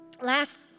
last